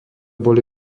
boli